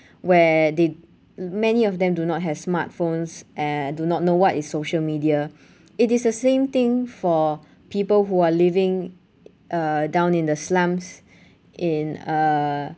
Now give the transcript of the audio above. where they many of them do not have smartphones and do not know what is social media it is the same thing for people who are living uh down in the slums in uh